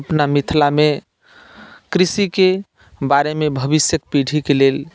अपना मिथिलामे कृषिके बारेमे भविष्यक पीढ़ीके लेल